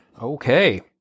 Okay